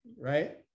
Right